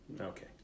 Okay